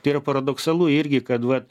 tai yra paradoksalu irgi kad vat